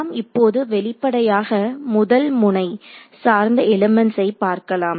நாம் இப்போது வெளிப்படையாக முதல் முனை சார்ந்த எலிமெண்ட்ஸை பார்க்கலாம்